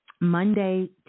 Monday